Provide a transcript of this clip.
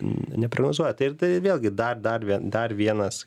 neprognozuoja tai ir tai vėlgi dar dar dar vienas